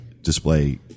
display